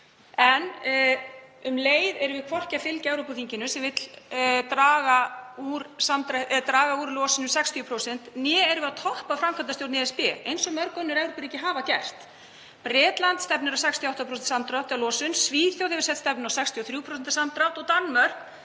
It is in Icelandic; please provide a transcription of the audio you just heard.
En um leið erum við hvorki að fylgja Evrópuþinginu sem vill draga úr losun um 60% né erum við að toppa framkvæmdastjórn ESB, eins og mörg önnur Evrópuríki hafa gert. Bretland stefnir að 68% samdrætti á losun, Svíþjóð hefur sett stefnuna á 63% samdrátt og Danmörk